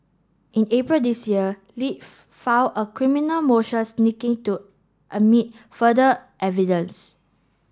in April this year Li filed a criminal motion sneaking to admit further evidence